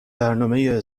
برنامه